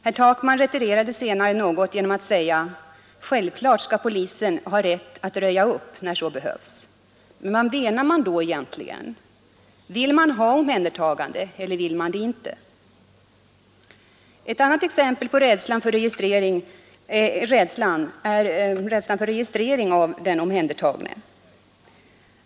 Herr Takman retirerade senare något genom att säga: Självklart skall polisen ha rätt att röja upp, när så behövs. Men vad menar man då egentligen? Vill man ha omhändertagande eller ej? Ett annat exempel är rädslan för registrering av den omhändertagne.